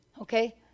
Okay